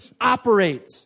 operate